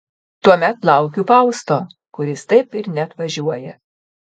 tuomet laukiu fausto kuris taip ir neatvažiuoja